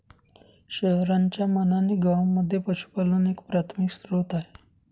शहरांच्या मानाने गावांमध्ये पशुपालन एक प्राथमिक स्त्रोत आहे